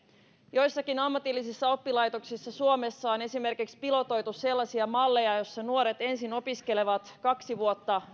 joissakin ammatillisissa oppilaitoksissa suomessa on esimerkiksi pilotoitu sellaisia malleja joissa nuoret ensin opiskelevat kaksi vuotta